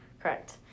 Correct